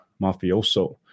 mafioso